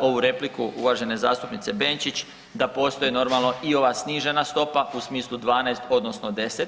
ovu repliku uvažene zastupnice Benčić da postoji normalno i ova snižena stopa u smislu 12 odnosno 10.